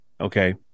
Okay